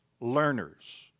learners